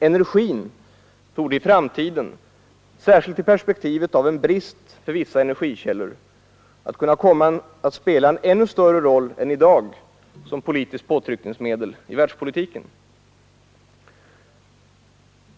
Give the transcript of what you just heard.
Energin torde i framtiden, särskilt i perspektivet av en brist i fråga om vissa energikällor, kunna spela en ännu större roll än i dag som politiskt påtryckningsmedel i världspolitiken.